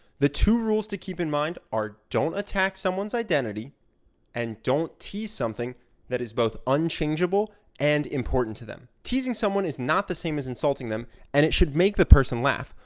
the two rules to keep in mind are don't attack someone's identity and don't tease something that is both unchangeable and important to them. teasing someone is not the same as insulting them and it should make the person laugh.